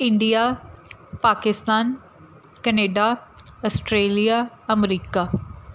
India Pakistan Canada Australia America